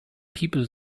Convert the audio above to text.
people